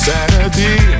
Saturday